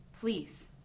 Please